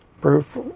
proof